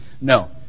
No